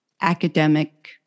academic